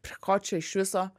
prie ko čia iš viso